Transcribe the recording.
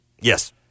Yes